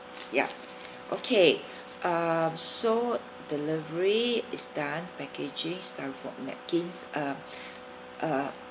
ya okay um so delivery is done packaging napkin uh uh